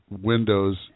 windows